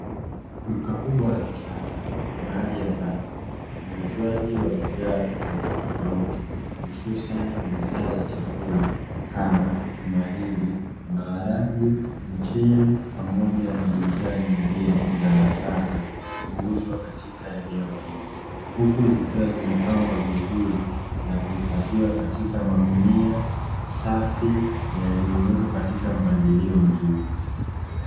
Duka kubwa la kisasa mahali ambapo uuzwaji wa bidhaa tofautitofauti, ususani bidhaa za chakula kama: mahindi, maharage, mchele pamoja na bidhaa nyingine za nafaka huuzwa katika eneo hili. Huku zikiwa zimepangwa vizuri na kuhifadhiwa katika magunia safi yaliyowekwa katika mpangilio mzuri.